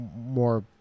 More